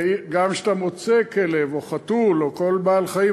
וגם כשאתה מוצא כלב או חתול או כל בעל-חיים